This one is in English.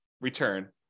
return